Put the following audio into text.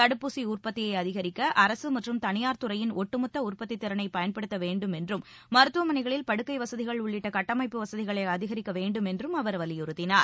தடுப்பூசி உற்பத்தியை அதிகரிக்க அரசு மற்றும் தனியார் துறையின் ஒட்டுமொத்த உற்பத்தி திறனை பயன்படுத்த வேண்டும் என்றும் மருத்துவமனைகளில் படுக்கை வசதிகள் உள்ளிட்ட கட்டமைப்பு வசதிகளை அதிகரிக்க வேண்டும் என்றும் அவர் வலியுறுத்தினார்